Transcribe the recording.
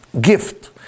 gift